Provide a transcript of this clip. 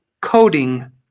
coding